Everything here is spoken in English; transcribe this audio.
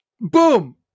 boom